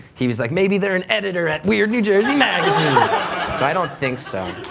he was like maybe they're an editor at weird new jersey magazine. so i don't think so.